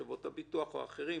חברות הביטוח או אחרים,